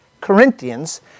Corinthians